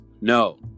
no